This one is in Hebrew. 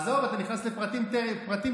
עזוב, אתה נכנס לפרטים שוליים.